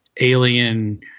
alien